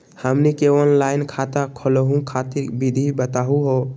हमनी के ऑनलाइन खाता खोलहु खातिर विधि बताहु हो?